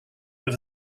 over